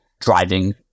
driving